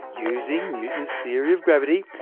using newton's theory of gravity,